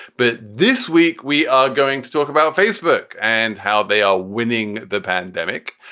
but this week, we are going to talk about facebook and how they are winning the pandemic.